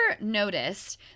noticed